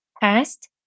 Past